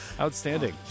Outstanding